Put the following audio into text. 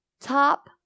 top